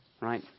Right